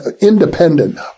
independent